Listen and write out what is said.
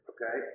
Okay